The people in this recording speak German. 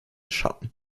schatten